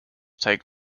take